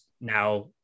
now